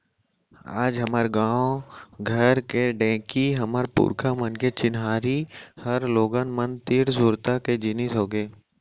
आज हमर गॉंव घर के ढेंकी हमर पुरखा मन के चिन्हारी हर लोगन मन तीर सुरता के जिनिस होगे